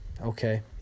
okay